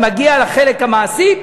ומגיע לחלק המעשי,